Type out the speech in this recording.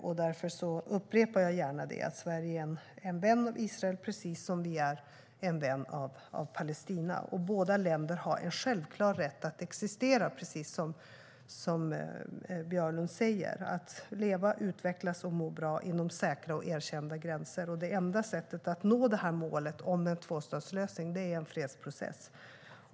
Jag upprepar gärna att Sverige är en vän av Israel, precis som vi är en vän av Palestina. Båda länderna har en självklar rätt att existera, precis som Björlund säger, och att leva, utvecklas och må bra inom säkra och erkända gränser. Det enda sättet att nå detta mål om en tvåstatslösning är genom en fredsprocess.